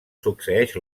succeeix